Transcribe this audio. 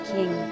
King